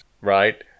Right